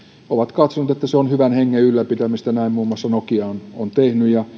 ovat katsoneet että se on hyvän hengen ylläpitämistä näin muun muassa nokia on on tehnyt ja